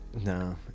No